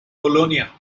bologna